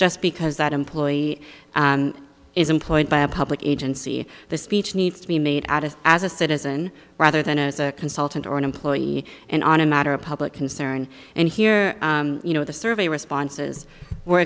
just because that employee is employed by a public agency the speech needs to be made out of as a citizen rather than as a consultant or an employee and on a matter of public concern and here you know the survey responses were